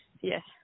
yes